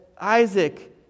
Isaac